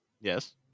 Yes